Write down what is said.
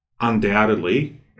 Undoubtedly